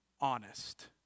honest